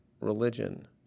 religion